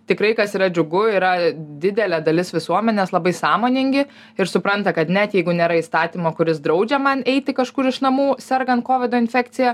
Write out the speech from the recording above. tikrai kas yra džiugu yra didelė dalis visuomenės labai sąmoningi ir supranta kad net jeigu nėra įstatymo kuris draudžia man eiti kažkur iš namų sergant kovido infekcija